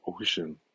ocean